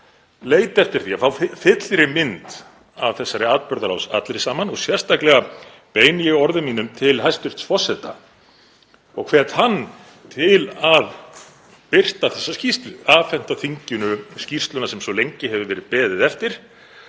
leita eftir því að fá fyllri mynd af þessari atburðarás allri saman og sérstaklega beini ég orðum mínum til hæstv. forseta og hvet hann til að birta þessa skýrslu, afhenda þinginu skýrsluna sem svo lengi hefur verið beðið eftir.